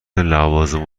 لوازم